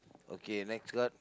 okay next card